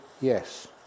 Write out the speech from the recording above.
Yes